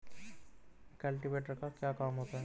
Cultivator का क्या काम होता है?